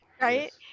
Right